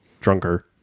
drunker